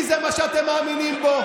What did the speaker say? כי זה מה שאתם מאמינים בו.